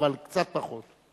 אבל קצת פחות.